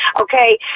okay